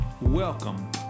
Welcome